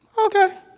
okay